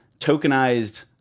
tokenized